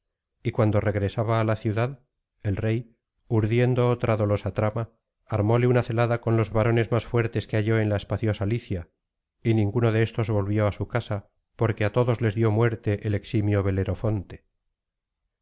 y cuando regresaba á la ciudad el rey urdiendo otra dolosa trama armóle una celada con los varones más fuertes que halló en la espaciosa licia y ninguno de éstos volvió á su casa porque á todos les dio muerte el eximio belerofonte